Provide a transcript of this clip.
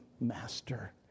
master